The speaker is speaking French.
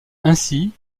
ainsi